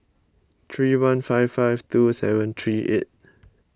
three one five five two seven three eight